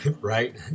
right